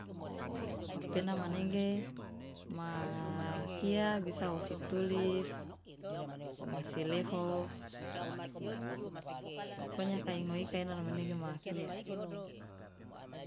Opena manege ma kia bisa wosi tulis womasi lefo pokonya kai ngoe ika ena lo manege ma kia.